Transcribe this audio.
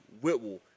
Whitwell